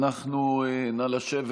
נא לשבת.